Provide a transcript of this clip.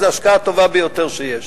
זו ההשקעה הטובה ביותר שיש.